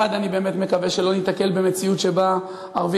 מחד גיסא אני באמת מקווה שלא ניתקל במציאות שבה ערביי